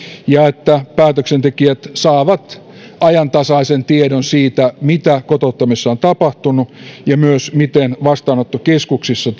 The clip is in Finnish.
ja että päätöksentekijät saavat ajantasaisen tiedon siitä mitä kotouttamisessa on tapahtunut ja myös miten vastaanottokeskuksissa